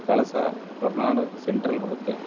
ಕಳಸ Horanadu central ಬರುತ್ತೆ